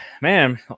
man